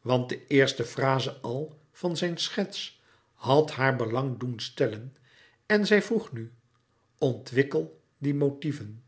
want de eerste fraze al van zijn schets had haar belang doen stellen en zij vroeg nu ontwikkel die motieven